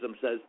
says